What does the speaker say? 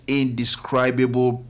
indescribable